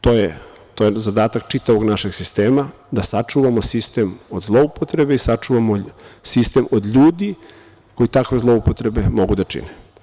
To je zadatak čitavog našeg sistema, da sačuvamo sistem od zloupotrebe i sačuvamo sistem od ljudi koji takve zloupotrebe mogu da čine.